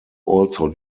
also